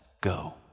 go